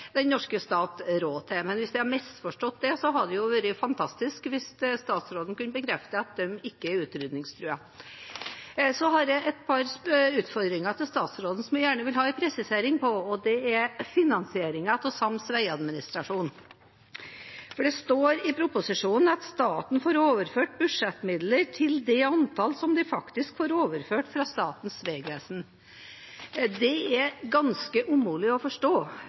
den norske stat råd til. Men hvis jeg har misforstått det, hadde det vært fantastisk om statsråden kunne bekrefte at de ikke er utrydningstruet. Jeg har et par utfordringer til statsråden, som jeg gjerne vil ha en presisering av, og det gjelder finansieringen av sams veiadministrasjon. Det står i proposisjonen at staten får overført budsjettmidler til det antall ansatte som de faktisk får overført fra Statens vegvesen. Det er ganske umulig å forstå,